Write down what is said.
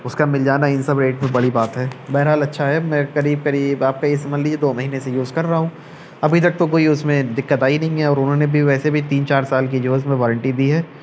اس کا مل جانا ان سب ریٹ پہ بڑی بات ہے بہرحال اچھا ہے میں قریب قریب آپ کے یہ سمجھ لیجیے دو مہینے سے یوز کر رہا ہوں ابھی تک تو کوئی اس میں دقت آئی نہیں ہے اور انہوں نے بھی ویسے بھی تین چار سال کی جو ہے اس میں وارنٹی دی ہے